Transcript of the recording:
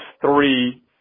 three